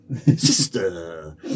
Sister